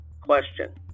Question